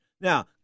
Now